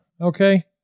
Okay